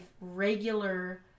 regular